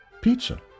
Pizza